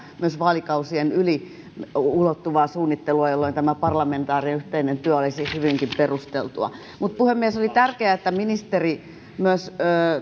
myös vaalikausien yli ulottuvaa suunnittelua jolloin tämä parlamentaarinen yhteinen työ olisi hyvinkin perusteltua puhemies oli tärkeää että ministeri myös